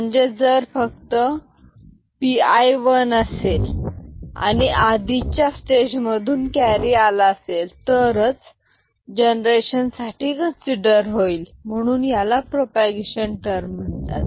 म्हणजे जर फक्त पी आय वन असेल आणि आधीच्या स्टेज मधून कॅरी आला असेल तरच जनरेशन साठी कन्सिडर होईल म्हणून याला प्रपोगेशन टर्म असे म्हणतात